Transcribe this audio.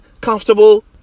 comfortable